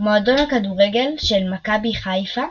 מועדון הכדורגל של מכבי חיפה